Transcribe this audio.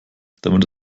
damit